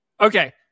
Okay